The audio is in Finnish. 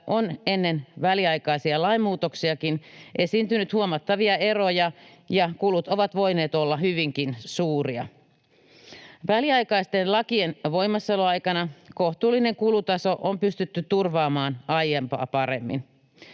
on ennen väliaikaisia lainmuutoksiakin esiintynyt huomattavia eroja ja kulut ovat voineet olla hyvinkin suuria. Väliaikaisten lakien voimassaoloaikana kohtuullinen kulutaso on pystytty turvaamaan aiempaa paremmin.